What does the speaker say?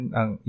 ang